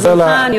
ותם זמנך,